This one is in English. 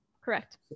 correct